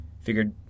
figured